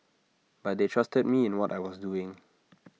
but they trusted me in what I was doing